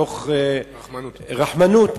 מתוך רחמנות,